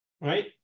Right